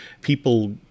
people